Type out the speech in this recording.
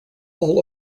all